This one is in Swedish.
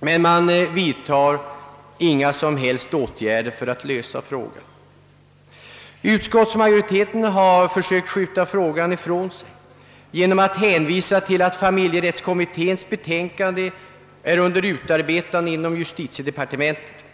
men vill inte vara med om några åtgärder för att lösa frågan. Utskottsmajoriteten har försökt skjuta frågan ifrån sig genom att hänvisa till att proposition i anledning av familjerättskommitténs betänkande håller på att utarbetas i justitiedepartementet.